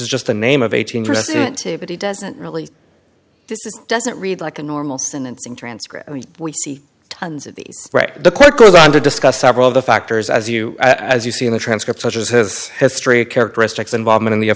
is just the name of eighteen president too but he doesn't really doesn't read like a normal sentencing transcript we see tons of these right the court goes on to discuss several of the factors as you as you see in the transcript such as his history of characteristics involvement in the